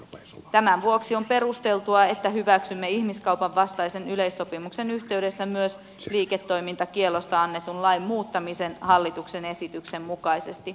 tämän vuoksi on perusteltua että hyväksymme ihmiskaupan vastaisen yleissopimuksen yhteydessä myös liiketoimintakiellosta annetun lain muuttamisen hallituksen esityksen mukaisesti